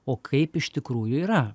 o kaip iš tikrųjų yra